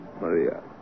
Maria